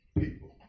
people